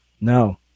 No